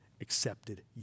accepted